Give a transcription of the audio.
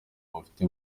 bafite